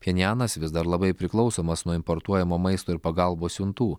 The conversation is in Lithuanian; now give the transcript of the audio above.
pinjanas vis dar labai priklausomas nuo importuojamo maisto ir pagalbos siuntų